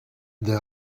des